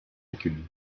chacune